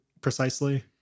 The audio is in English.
precisely